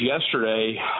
yesterday